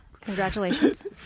congratulations